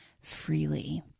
freely